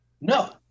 No